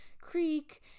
creek